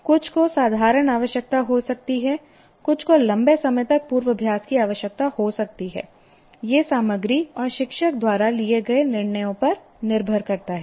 कुछ को साधारण आवश्यकता हो सकती है कुछ को लंबे समय तक पूर्वाभ्यास की आवश्यकता हो सकती है यह सामग्री और शिक्षक द्वारा लिए गए निर्णयों पर निर्भर करता है